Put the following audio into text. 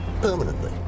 permanently